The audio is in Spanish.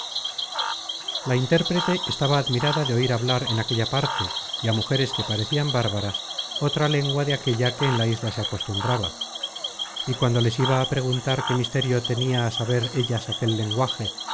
la intérprete estaba admirada de oir hablar en aquella parte y á mujeres que parecian bárbaras otra lengua de aquella que en la isla se acostumbraba y cuando les iba á preguntar qué misterio tenia saber ellas aquel lenguaje